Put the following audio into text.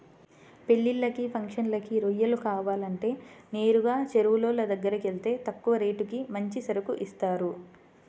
పెళ్ళిళ్ళకి, ఫంక్షన్లకి రొయ్యలు కావాలంటే నేరుగా చెరువులోళ్ళ దగ్గరకెళ్తే తక్కువ రేటుకి మంచి సరుకు ఇత్తారు